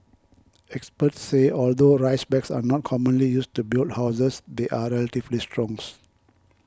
experts say although rice bags are not commonly used to build houses they are relatively strong